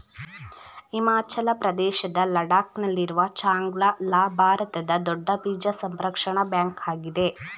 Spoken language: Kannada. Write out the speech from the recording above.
ಹಿಮಾಚಲ ಪ್ರದೇಶದ ಲಡಾಕ್ ನಲ್ಲಿರುವ ಚಾಂಗ್ಲ ಲಾ ಭಾರತದ ದೊಡ್ಡ ಬೀಜ ಸಂರಕ್ಷಣಾ ಬ್ಯಾಂಕ್ ಆಗಿದೆ